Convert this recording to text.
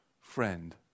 friend